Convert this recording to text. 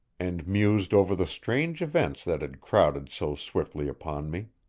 and mused over the strange events that had crowded so swiftly upon me.